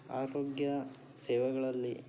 ಆರೋಗ್ಯ ಸೇವೆಗಳಲ್ಲಿ